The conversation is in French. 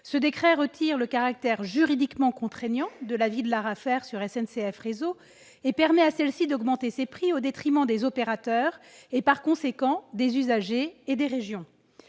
Ce décret supprime le caractère « juridiquement contraignant » de l'avis de l'ARAFER sur SNCF Réseau et permet à celle-ci d'augmenter ses prix au détriment des opérateurs et, par conséquent, des usagers et des régions.